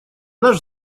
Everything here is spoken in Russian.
наш